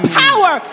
power